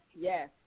yes